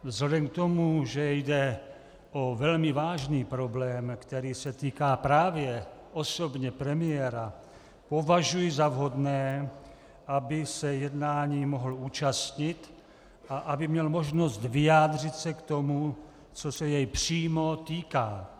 Vzhledem k tomu, že jde o velmi vážný problém, který se týká právě osobně premiéra, považuji za vhodné, aby se jednání mohl účastnit a aby měl možnost vyjádřit se k tomu, co se jej přímo týká.